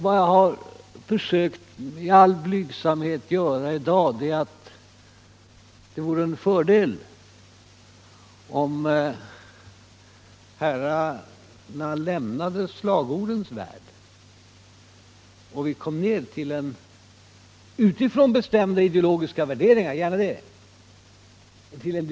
Vad jag i all blygsamhet försökt göra i dag är att förklara att det vore en fördel om herrarna lämnade slagordens värld och kom ner till en diskussion — gärna utifrån bestämda ideologiska värderingar — om de sakliga problemen.